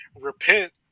repent